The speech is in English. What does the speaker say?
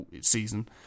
season